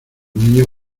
niños